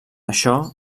això